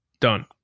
Done